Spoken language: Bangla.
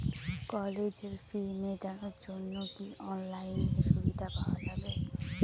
কলেজের ফি মেটানোর জন্য কি অনলাইনে সুবিধা পাওয়া যাবে?